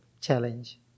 Challenge